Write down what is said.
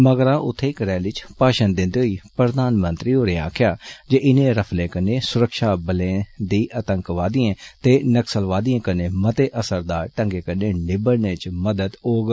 मगरा उत्थे इक रैली च भाशण दिन्दे होई प्रधानमंत्री होरें आक्खेआ इनें रफलें कन्नै सुरक्षाबलें दी आतंकवादिएं ते नक्सलवादिएं कन्नै मते असरदार ढंगै कन्ने निबड़ने च मदाद होग